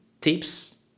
tips